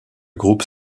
groupe